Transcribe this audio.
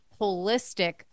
holistic